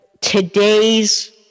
today's